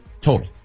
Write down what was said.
Total